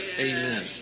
Amen